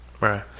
Right